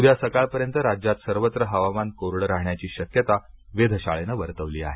उद्या सकाळपर्यंत राज्यात सर्वत्र हवामान कोरडं राहण्याची शक्यता वेधशाळेनं वर्तवली आहे